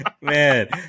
Man